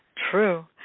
True